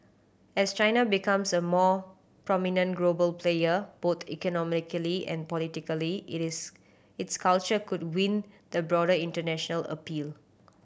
as China becomes a more prominent global player both economically and politically it is its culture could win the broader international appeal